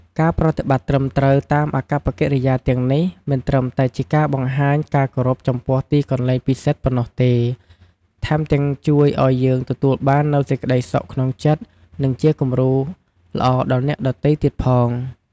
ការប្រតិបត្តិត្រឹមត្រូវតាមអាកប្បកិរិយាទាំងនេះ មិនត្រឹមតែជាការបង្ហាញការគោរពចំពោះទីកន្លែងពិសិដ្ឋប៉ុណ្ណោះទេ ថែមទាំងជួយឲ្យយើងទទួលបាននូវសេចក្តីសុខក្នុងចិត្ត និងជាគំរូល្អដល់អ្នកដទៃទៀតផង។